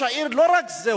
לא רק זה,